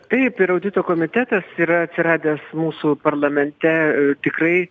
taip ir audito komitetas yra atsiradęs mūsų parlamente tikrai